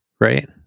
Right